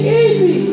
easy